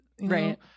Right